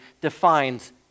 defines